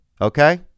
Okay